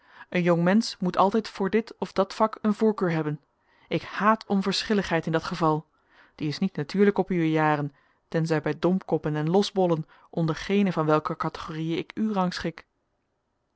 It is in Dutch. een jong mensch moet altijd voor dit of dat vak een voorkeur hebben ik haat onverschilligheid in dat geval die is niet natuurlijk op uwe jaren tenzij bij domkoppen en losbollen onder geene van welke categoriën ik u rangschik